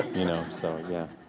you know, so yeah.